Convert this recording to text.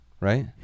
right